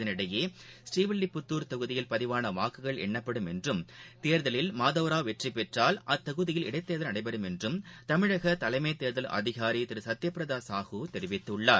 இதற்கிடையே ஸீவில்லிபுத்தூர் தொகுதியில் பதிவானவாக்குகள் எண்ணப்படும் என்றும் தேர்தலில் மாதவ் ராவ் வெற்றிபெற்றால் அத்தொகுதியில் இடைத்தேர்தல் நடைபெறும் என்றும் தமிழகதலைமைதேர்தல் அதிகாரிதிருசத்யபிரதாசாஹூ தெரிவித்துள்ளார்